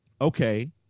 okay